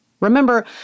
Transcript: Remember